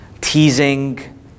teasing